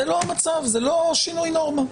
זה לא המצב, זה לא שינוי נורמה.